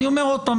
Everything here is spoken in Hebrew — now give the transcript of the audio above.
אני אומר עוד פעם,